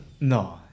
No